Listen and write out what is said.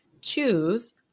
choose